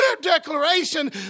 declaration